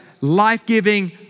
life-giving